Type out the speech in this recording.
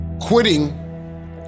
Quitting